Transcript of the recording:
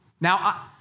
Now